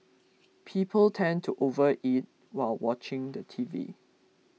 people tend to overeat while watching the T V